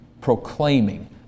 proclaiming